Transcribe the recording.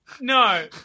No